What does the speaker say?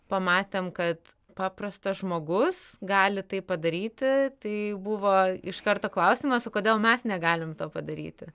pamatėm kad paprastas žmogus gali tai padaryti tai buvo iš karto klausimas o kodėl mes negalim to padaryti